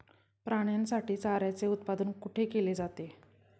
प्राण्यांसाठी चाऱ्याचे उत्पादन कुठे केले जाते?